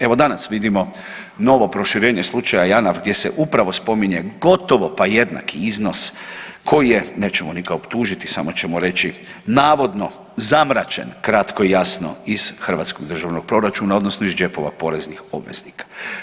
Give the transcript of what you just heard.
Evo danas vidimo novo proširenje slučaja JANAF gdje se upravo spominje gotovo pa jednaki iznos koji je nećemo nikoga optužiti, samo ćemo reći navodno zamračen kratko i jasno iz hrvatskog državnog proračuna, odnosno iz džepova poreznih obveznika.